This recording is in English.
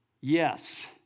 Yes